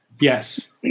Yes